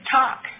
talk